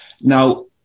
Now